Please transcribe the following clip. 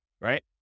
Right